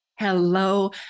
Hello